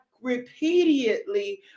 repeatedly